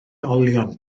olion